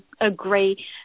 agree